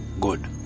Good